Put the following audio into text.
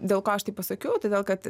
dėl ko aš taip pasakiau todėl kad